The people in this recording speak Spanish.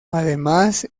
además